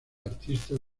artistas